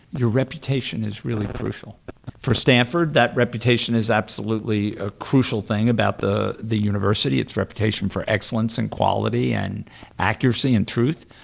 your reputation is really crucial for stanford, that reputation is absolutely a crucial thing about the the university, its reputation for excellence and quality and accuracy and truth,